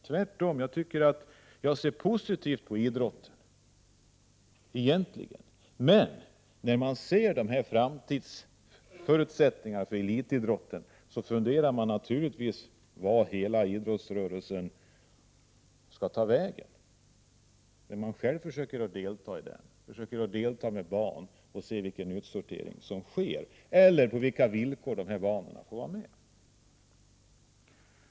Tvärtom ser jag positivt på idrotten. När man ser framtidsförutsättningarna för elitidrotten funderar man naturligtvis över vart idrotten är på väg. Det undrar man när man själv tillsammans med barn försöker delta i idrott och ser vilken utsortering som sker eller på vilka villkor barnen får vara med.